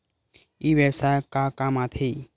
ई व्यवसाय का काम आथे?